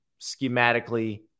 schematically